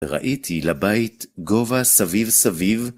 ראיתי לבית גובה סביב סביב.